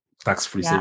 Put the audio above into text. tax-free